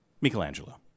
Michelangelo